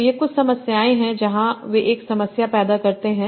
तो ये कुछ समस्याएं हैं जहां वे एक समस्या पैदा करते हैं